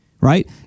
right